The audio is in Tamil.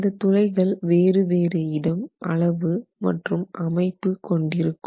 இந்த துளைகள் வேறு வேறு இடம் அளவு மற்றும் அமைப்பு கொண்டிருக்கும்